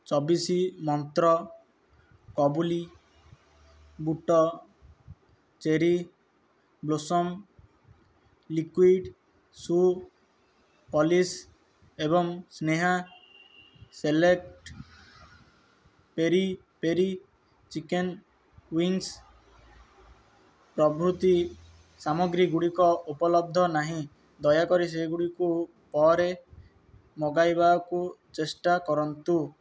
ଚବିଶ ମନ୍ତ୍ର କାବୁଲି ବୁଟ cherry blossom liquid shoe polish ଏବଂ Sneha select peri peri chicken wings ପ୍ରଭୃତି ସାମଗ୍ରୀଗୁଡ଼ିକ ଉପଲବ୍ଧ ନାହିଁ ଦୟାକରି ସେଗୁଡ଼ିକୁ ପରେ ମଗାଇବାକୁ ଚେଷ୍ଟା କରନ୍ତୁ